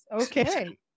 Okay